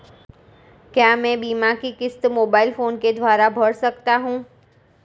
क्या मैं बीमा की किश्त मोबाइल फोन के द्वारा भर सकता हूं?